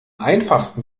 einfachsten